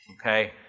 Okay